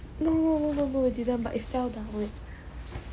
no no no no no didn't